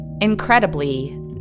Incredibly